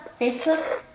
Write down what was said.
Facebook